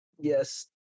yes